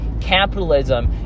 capitalism